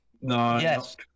Yes